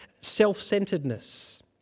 self-centeredness